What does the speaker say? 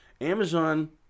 Amazon